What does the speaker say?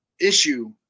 issue